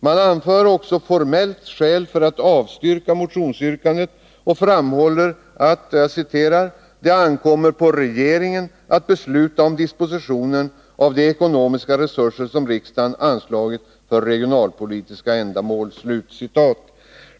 Man anför också formellt skäl för att avstyrka motionsyrkandet och framhåller att det ”ankommer på regeringen ——— att besluta om dispositionen av de ekonomiska resurser som riksdagen har anslagit för regionalpolitiska ändamål”.